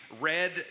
Red